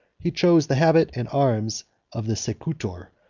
he chose the habit and arms of the secutor,